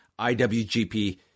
IWGP